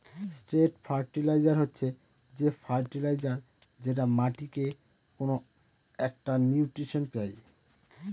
straight fertiliser হচ্ছে যে fertiliser যেটা মাটিকে কোনো একটা নিউট্রিশন দেয়